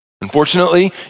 Unfortunately